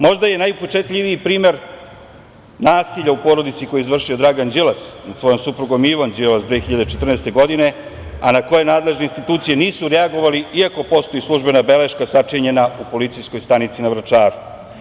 Možda je najupečatljiviji primer nasilja u porodici koje je izvršio Dragan Đilas, nad svojom suprugom Ivom Đilas 2014. godine, a na koje nadležne institucije nisu reagovale iako postoji službena beleška, sačinjena u PU Vračar.